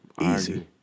Easy